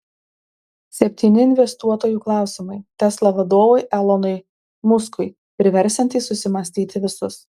septyni investuotojų klausimai tesla vadovui elonui muskui priversiantys susimąstyti visus